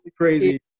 crazy